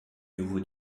nouveau